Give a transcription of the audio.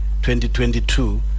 2022